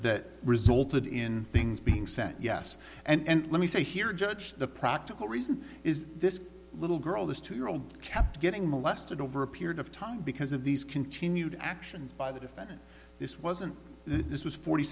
resulted in things cent yes and let me say here judge the practical reason is this little girl this two year old kept getting molested over a period of time because of these continued actions by the defendant this wasn't this was forty